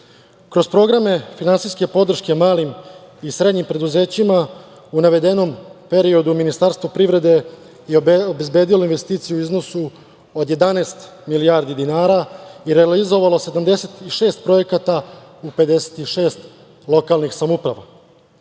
programe finansijske podrške malim i srednjim preduzećima u navedenom periodu Ministarstvo privrede je obezbedilo investicije u iznosu od 11 milijardi dinara i realizovalo 76 projekata u 56 lokalnih samouprava.